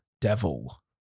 Devil